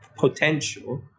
potential